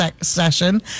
session